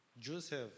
Joseph